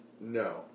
No